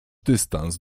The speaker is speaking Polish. dystans